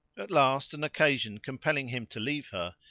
at last an occasion compelling him to leave her,